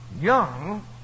young